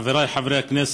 חבריי חברי הכנסת,